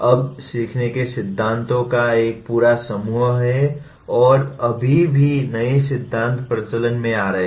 अब सीखने के सिद्धांतों का एक पूरा समूह है और अभी भी नए सिद्धांत प्रचलन में आ रहे हैं